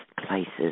places